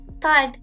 third